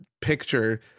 picture